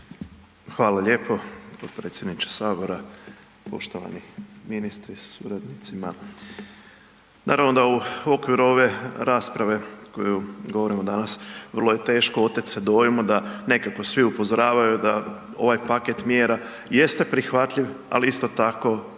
Hvala lijepo potpredsjedniče sabora, poštovani ministri sa suradnicima. Naravno da u okviru ove rasprave koju govorimo danas vrlo je teško otet se dojmu da nekako svi upozoravaju da ovaj paket mjera jeste prihvatljiv, ali isto tako